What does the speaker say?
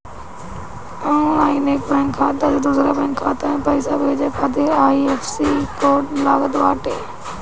online एक bank खाता से दूसरा बैंक खाता में पईसा भेजे खातिर आई.एफ.एस.सी कोड लागत बाटे